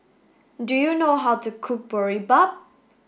do you know how to cook Boribap